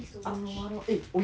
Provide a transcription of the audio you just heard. eh oh ya got one movie